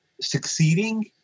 succeeding